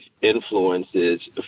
influences